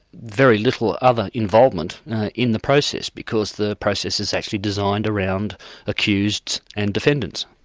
very little other involvement in the process, because the process is actually designed around accuseds and defendants.